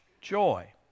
joy